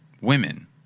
women